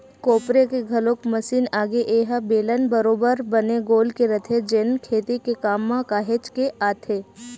कोपरे के घलोक मसीन आगे ए ह बेलन बरोबर बने गोल के रहिथे जेन खेती के काम म काहेच के आथे